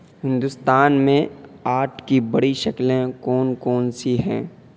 ہندوستان میں آرٹ کی بڑی شکلیں کون کون سی ہیں